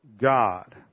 God